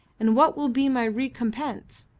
and what will be my recompense?